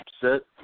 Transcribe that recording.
sit